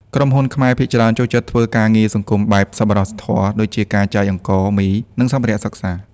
ក្រុមហ៊ុនខ្មែរភាគច្រើនចូលចិត្តធ្វើការងារសង្គមបែប សប្បុរសធម៌ ដូចជាការចែកអង្ករ មី និងសម្ភារៈសិក្សា។